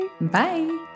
Bye